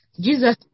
Jesus